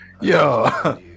Yo